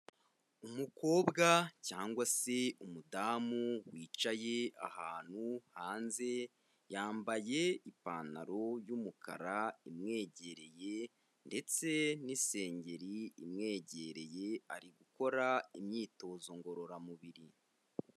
Umukobwa cyangwa se umudamu wicaye ahantu hanze yambaye ipantaro yumukara imwegereye ndetse n'isengeri imwegereye ari gukora imyitozo ngororamubiri.